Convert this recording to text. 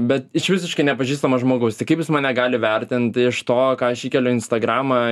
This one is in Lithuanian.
bet iš visiškai nepažįstamo žmogaus tai kaip jis mane gali vertint iš to ką aš įkeliu į instagramą